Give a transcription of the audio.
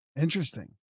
Interesting